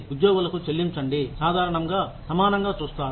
ఉద్యోగులకు చెల్లించండి సాధారణంగా సమానంగా చూస్తారు